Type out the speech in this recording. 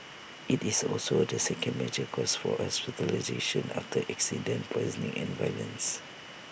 IT is also the second major cause for hospitalisation after accidents poisoning and violence